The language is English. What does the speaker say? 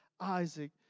Isaac